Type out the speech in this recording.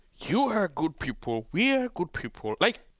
you are good people. we are good people. like,